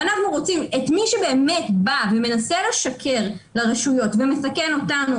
מי שבאמת בא ומנסה לשקר לרשויות ומסכן אותנו,